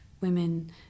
women